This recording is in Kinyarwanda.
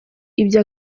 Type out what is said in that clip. ibyo